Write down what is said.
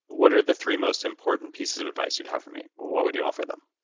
what are the three most important pieces of advice you'd have for me? what would you offer them?